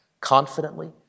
confidently